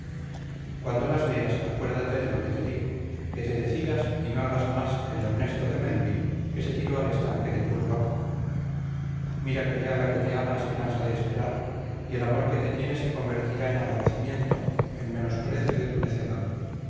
cuando las veas acuérdate de lo que te digo que te decidas y no agas más el ernesto de melville que se tiró al estanque de puro loco mira que ya la que te ama se cansa de esperar y el amor que te tiene se convertirá en aborrecimiento en menosprecio de tu necedad